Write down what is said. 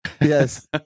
Yes